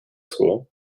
school